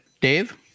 Dave